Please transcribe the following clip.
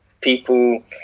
people